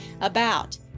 about